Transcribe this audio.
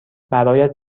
برایت